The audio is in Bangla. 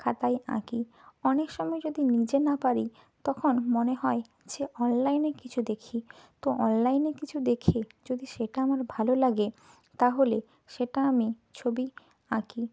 খাতায় আঁকি অনেক সময় যদি নিজে না পারি তখন মনে হয় যে অনলাইনে কিছু দেখি তো অনলাইনে কিছু দেখে যদি সেটা আমার ভালো লাগে তাহলে সেটা আমি ছবি আঁকি